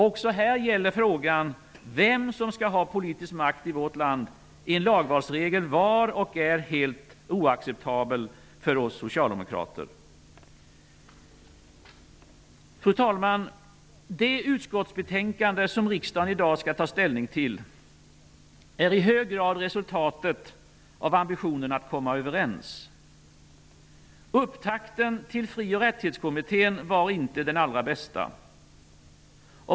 Också här gäller frågan vem som skall ha politisk makt i vårt land. En lagvalsregel var, och är, helt oacceptabel för oss socialdemokrater. Fru talman! Det utskottsbetänkande som riksdagen i dag skall ta ställning till är i hög grad ett resultat av ambitionen att komma överens. Upptakten till Fri och rättighetskommittén var inte den allra bästa.